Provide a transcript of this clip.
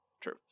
True